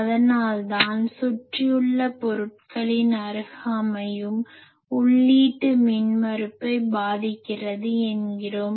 அதனால்தான் சுற்றியுள்ள பொருட்களின் அருகாமையும் உள்ளீட்டு மின்மறுப்பை பாதிக்கிறது என்கிறோம்